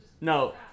No